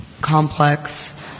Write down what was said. complex